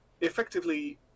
effectively